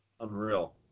Unreal